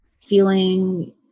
feeling